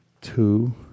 two